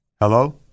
Hello